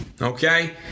Okay